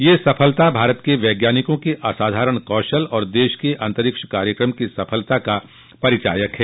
यह सफलता भारत के वैज्ञानिकों के असाधारण कौशल और देश के अंतरिक्ष कार्यक्रम की सफलता का परिचायक है